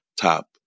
top